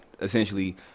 essentially